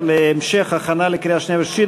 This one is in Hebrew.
(ביטול פרק שני 3),